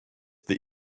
the